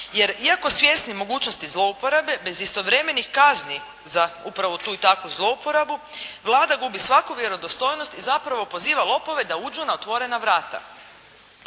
Jer iako svjesni mogućnosti zlouporabe bez istovremenih kazni za upravo tu i takvu zlouporabu, Vlada gubi svaku vjerodostojnost i zapravo poziva lopove da uđu na otvorena vrata.